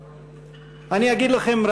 אני אגיד לכם,